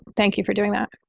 thank you for doing that.